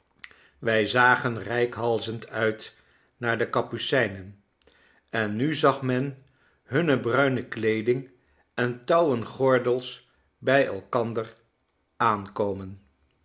wij zagen reikhalzend uit naar de kapucijnen en nu zagmenhunne bruine kleeding en touwen gordels bij elkander aankomen